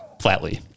flatly